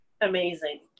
amazing